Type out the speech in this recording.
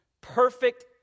perfect